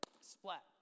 splat